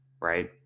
right